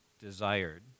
desired